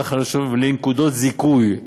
ברשימה שלו הם לא פחות מגיס חמישי שיושב פה,